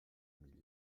million